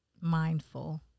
mindful